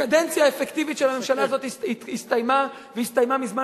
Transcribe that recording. הקדנציה האפקטיבית של הממשלה הזו הסתיימה והסתיימה מזמן,